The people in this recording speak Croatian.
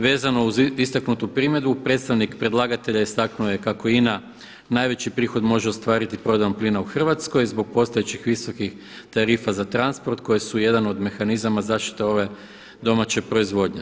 Vezano uz istaknutu primjedbu predstavnik predlagatelja istaknuo je kako INA najveći prihod može ostvariti prodajom plina u Hrvatskoj zbog postojećih visokih tarifa za transport koje su jedan od mehanizama zaštite ove domaće proizvodnje.